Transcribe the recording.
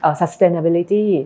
sustainability